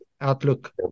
outlook